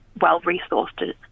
well-resourced